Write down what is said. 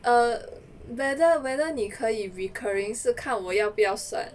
err whether whether 你可以 recurring 是看我要不要算